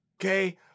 okay